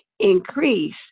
increase